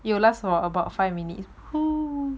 it will last for about five minutes